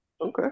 Okay